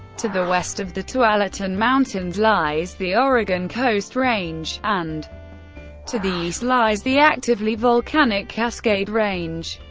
to the west of the tualatin mountains lies the oregon coast range, and to the east lies the actively volcanic cascade range.